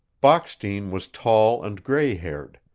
bockstein was tall and gray-haired,